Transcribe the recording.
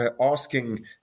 asking